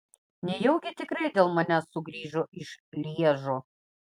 nejaugi tikrai dėl manęs sugrįžo iš lježo